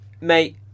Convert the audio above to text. Mate